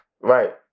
Right